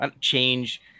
change